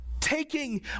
taking